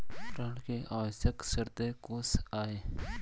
ऋण के आवश्यक शर्तें कोस आय?